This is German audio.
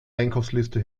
einkaufsliste